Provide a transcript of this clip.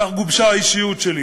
כך גובשה האישיות שלי.